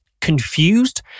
confused